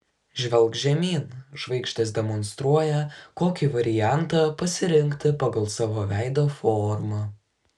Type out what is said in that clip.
žvelk žemyn žvaigždės demonstruoja kokį variantą pasirinkti pagal savo veido formą